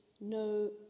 no